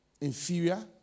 inferior